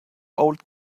old